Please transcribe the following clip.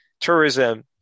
tourism